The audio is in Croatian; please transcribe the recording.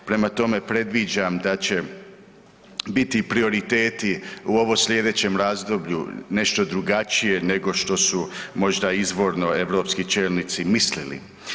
Prema tome, predviđam da će biti prioriteti u ovom sljedećem razdoblju nešto drugačije nego što su možda izvorno europski čelnici mislili.